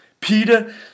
Peter